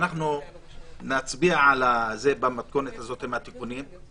שאנחנו נצביע על זה במתכונת הזאת עם התיקונים,